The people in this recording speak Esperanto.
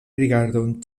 rigardon